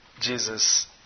Jesus